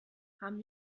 haben